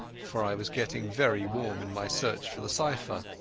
for i was getting very warm in my search for the cypher.